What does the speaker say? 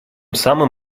самым